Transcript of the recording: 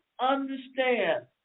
understand